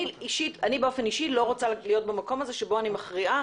אני אישית לא רוצה להיות במקום הזה שבו אני מכריעה